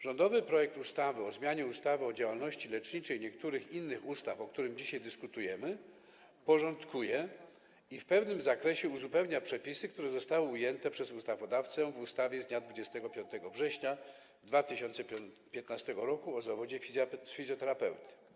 Rządowy projekt ustawy o zmianie ustawy o działalności leczniczej oraz niektórych innych ustaw, o którym dzisiaj dyskutujemy, porządkuje i w pewnym zakresie uzupełnia przepisy, które zostały ujęte przez ustawodawcę w ustawie z dnia 25 września 2015 r. o zawodzie fizjoterapeuty.